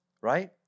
Right